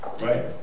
Right